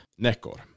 Nekor